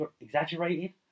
exaggerated